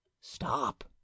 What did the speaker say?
Stop